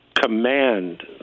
command